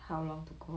how long to go